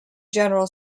general